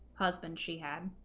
husband she had